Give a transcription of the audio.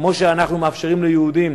כמו שאנחנו מאפשרים ליהודים